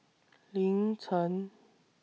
Lin Chen